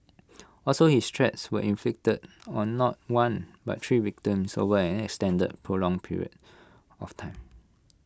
also his threats were inflicted on not one but three victims over an extended and prolong period of time